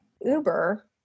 uber